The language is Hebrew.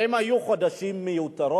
היו מיותרים,